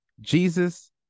Jesus